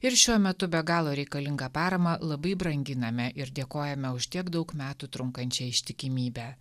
ir šiuo metu be galo reikalingą paramą labai branginame ir dėkojame už tiek daug metų trunkančią ištikimybę